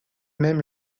même